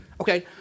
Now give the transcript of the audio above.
Okay